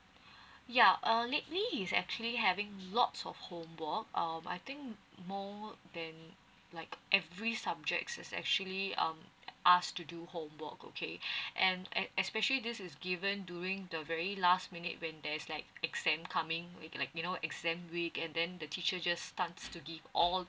ya uh lately he actually having lots of homework um I think more than like every subjects is actually um ask to do homework okay and and especially this is given during the very last minute when there's like exam coming with like you know exam week and then the teacher just starts to give all